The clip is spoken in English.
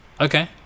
Okay